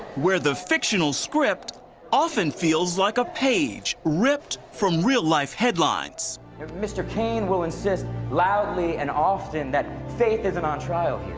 where the fictional script often feels like a page ripped from real-life headlines. if mr. cain will insist loudly and often that faith isn't on trial here,